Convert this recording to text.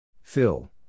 Phil